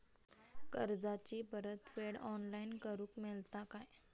कर्जाची परत फेड ऑनलाइन करूक मेलता काय?